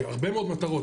יש לי הרבה מאוד מטרות,